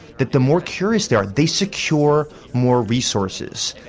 that the more curious they are they secure more resources,